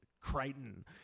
Crichton